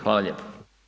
Hvala lijepo.